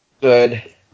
Good